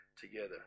together